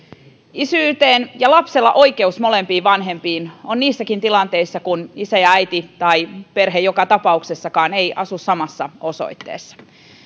ja lapsella on oikeus molempiin vanhempiin niissäkin tilanteissa kun isä ja äiti eivät asu tai joka tapauksessa perhe ei asu samassa osoitteessa